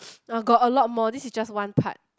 uh got a lot more this is just one part